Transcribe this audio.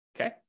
okay